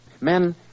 Men